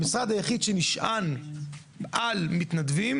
המשרד היחיד שנשען על מתנדבים,